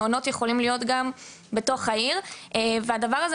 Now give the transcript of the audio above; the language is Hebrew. מעונות יכולים להיות גם בתוך העיר עצמה והדבר הזה,